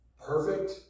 perfect